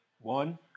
One